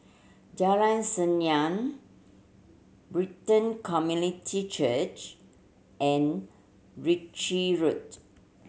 Jalan Senyum Brighton Community Church and Ritchie Road